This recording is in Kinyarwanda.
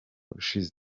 ushize